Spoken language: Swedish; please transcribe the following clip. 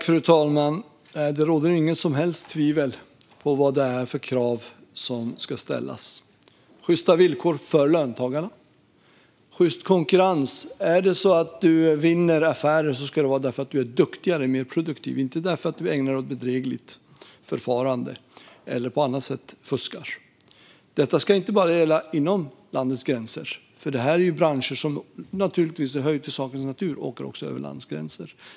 Fru talman! Det råder inget som helst tvivel om vad det är för krav som ska ställas. Det ska vara sjysta villkor för löntagarna och sjyst konkurrens - om du vinner affärer ska det vara för att du är duktigare och mer produktiv, inte för att du ägnar dig åt bedrägligt förfarande eller på annat sätt fuskar. Detta ska inte bara gälla inom landets gränser, för det här är branscher som åker över landsgränser - det hör ju till sakens natur.